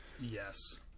yes